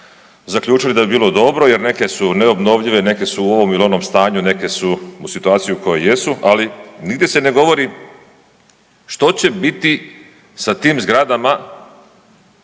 zaključili da bi bilo dobro jer neke su neobnovljive, neke su u ovom ili onom stanju, neke su u situaciji u kojoj jesu, ali nigdje se ne govori što će biti sa tim zgradama